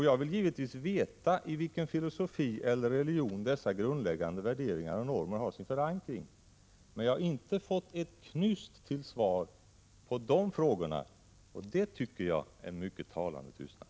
Jag vill givetvis veta i vilken filosofi eller religion dessa grundläggande värderingar och normer har sin förankring. Jag har inte hört ett knyst när det gäller dessa frågor. Det tycker jag är en mycket talande tystnad.